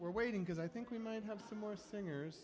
we're waiting because i think we might have some more singers